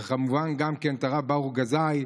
וכמובן גם את הרב ברוך גזאי,